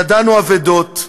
ידענו אבדות,